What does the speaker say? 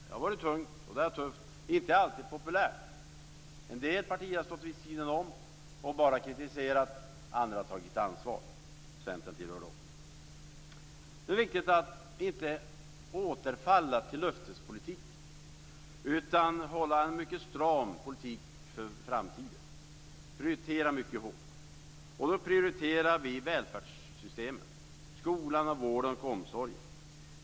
Det har varit tungt och det har varit tufft. Det har inte alltid varit populärt. En del partier har stått vid sidan om och bara kritiserat, andra har tagit ansvar. Centern tillhör de senare. Nu är det viktigt att inte återfalla till löftespolitik utan att hålla en mycket stram politik för framtiden. Vi måste prioritera mycket hårt. Då prioriterar vi välfärdssystemet; skolan, vården och omsorgen.